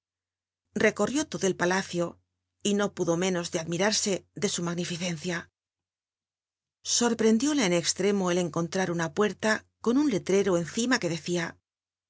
ilecorrió lodo el palacio y no pudo mónos de admirarso de su magnificencia sorprentlióla en extremo el encontrar una pumla con un letrero encima que decía